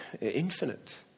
infinite